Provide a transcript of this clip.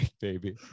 baby